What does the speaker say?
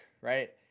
right